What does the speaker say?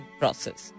process